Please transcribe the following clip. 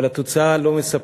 אבל התוצאה לא מספקת.